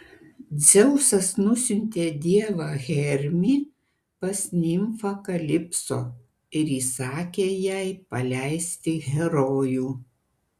dzeusas nusiuntė dievą hermį pas nimfą kalipso ir įsakė jai paleisti herojų